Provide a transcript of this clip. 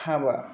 हाबा